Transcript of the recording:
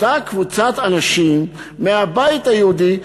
אותה קבוצת אנשים מהבית היהודי,